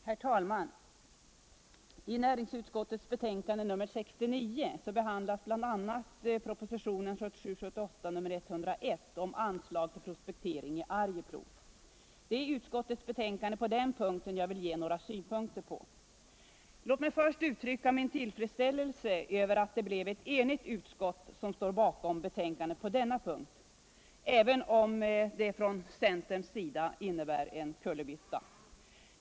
Herr talman! I näringsutskottets betänkande 69 behandlas bl.a. propositionen 1977/78:101 om anslag till prospektering i Arjeplog. Det är utskottets betänkande på den punkten jag vill ge några synpunkter på. Låt mig först uttrycka min tillfredsställelse över att det blev ett enigt utskott som står bakom betänkandet på denna punkt. även om det från centerns sida innebär en kullerbytta.